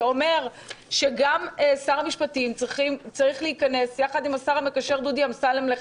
שאומר ששר המשפטים והשר המקשר דודי אמסלם צריכים